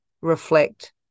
reflect